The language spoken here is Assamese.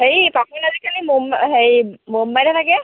হেৰি পাপন আজিকালি মুম্ব হেৰি মুম্বাইত হে থাকে